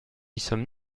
sommes